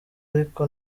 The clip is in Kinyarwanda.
ariko